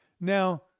Now